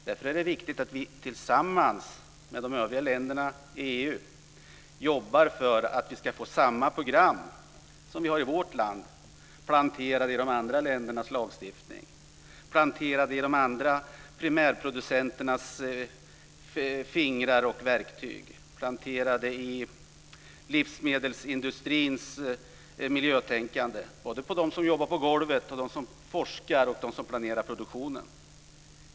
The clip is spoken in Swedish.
Därför är det viktigt att vi tillsammans med de övriga länderna i EU jobbar för att vi ska få samma program som vi har i vårt land planterat i de andra ländernas lagstiftning, i de andra primärproducenternas fingrar och verktyg och i livsmedelsindustrins miljötänkande, både hos dem som jobbar på golvet, dem som forskar och dem som planerar produktionen.